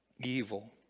Evil